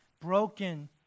broken